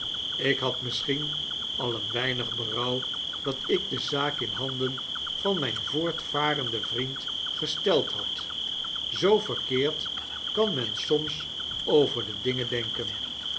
ik had misschien al een weinig berouw dat ik de zaak in handen van mijn voortvarenden vriend gesteld had zoo verkeerd kan men soms over de dingen denken